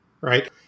right